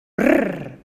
brrr